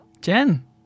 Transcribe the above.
Jen